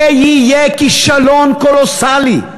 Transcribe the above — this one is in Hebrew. זה יהיה כישלון קולוסלי.